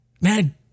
Man